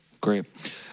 great